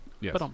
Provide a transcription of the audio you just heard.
Yes